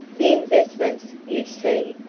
the investments, you see,